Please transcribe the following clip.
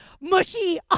mushy